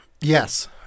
Yes